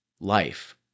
life